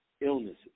illnesses